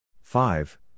Five